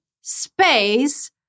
space